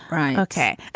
right. ok.